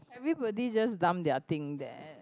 everybody just dump their thing there